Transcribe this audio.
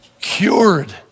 cured